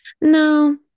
no